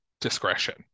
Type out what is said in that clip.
discretion